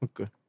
okay